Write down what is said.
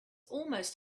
almost